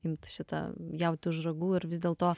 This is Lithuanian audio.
imti šitą jautį už ragų ir vis dėl to